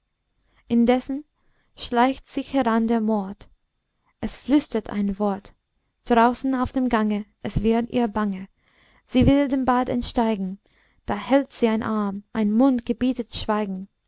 indessen schleicht sich heran der mord es flüstert ein wort draußen auf dem gange es wird ihr bange sie will dem bad entsteigen da hält sie ein arm ein mund gebietet schweigen